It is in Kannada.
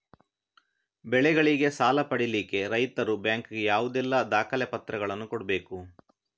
ಬೆಳೆಗಳಿಗೆ ಸಾಲ ಪಡಿಲಿಕ್ಕೆ ರೈತರು ಬ್ಯಾಂಕ್ ಗೆ ಯಾವುದೆಲ್ಲ ದಾಖಲೆಪತ್ರಗಳನ್ನು ಕೊಡ್ಬೇಕು?